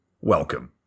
welcome